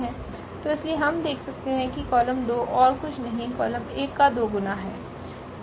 तो इसलिए हम देख सकते है की कॉलम 2 ओर कुछ नहीं कॉलम 1 का दोगुना है